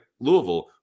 Louisville